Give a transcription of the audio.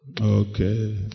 Okay